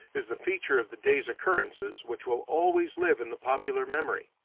is the feature of the day's occurrences which will always live in the popular memory.